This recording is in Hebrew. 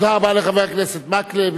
תודה רבה לחבר הכנסת מקלב.